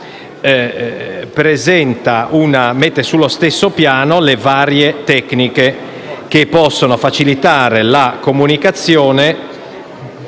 6, solo che mette sullo stesso piano le varie tecniche che possono facilitare la comunicazione